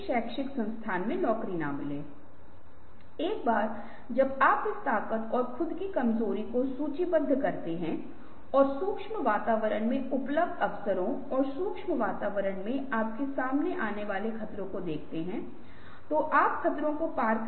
जैसे कि समूह के सभी सदस्य यह इस तरह कॉलम होगा और जब आप एक प्रश्न पूछते हैं तो सभी प्रश्न का उत्तर और सभी समस्या समूह के सभी व्यक्तियों द्वारा नहीं दिया जा सकता है